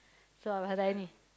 so I was running